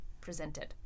presented